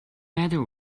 matter